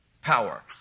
power